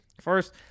first